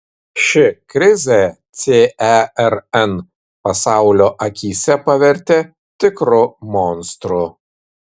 ši krizė cern pasaulio akyse pavertė tikru monstru